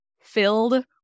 filled